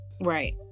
Right